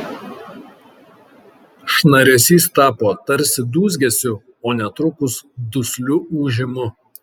šnaresys tapo tarsi dūzgesiu o netrukus dusliu ūžimu